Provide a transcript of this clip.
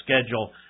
schedule